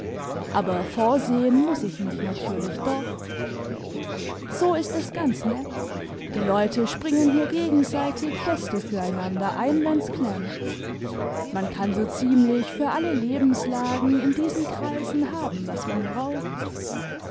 aber vorsehen muß ich mich natürlich doch so ist es ganz nett die leute springen hier gegenseitig feste füreinander ein wenn's klemmt man kann so ziemlich für alle lebenslagen in diesen kreisen haben was man braucht